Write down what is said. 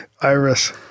Iris